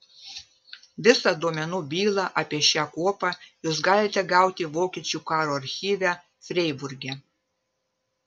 visą duomenų bylą apie šią kuopą jūs galite gauti vokiečių karo archyve freiburge